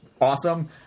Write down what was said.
awesome